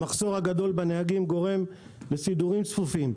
המחסור הגדול בנהגים גורם לסידורים צפופים,